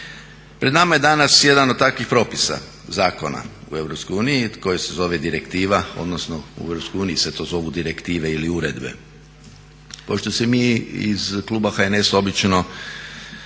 Pred nama je danas jedan od takvih propisa zakona u EU koji se zove direktiva odnosno u EU se to zovu direktive ili uredbe. Pošto se mi iz kluba HNS-a obično